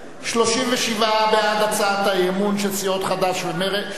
37 בעד הצעת האי-אמון של סיעות מרצ והעבודה,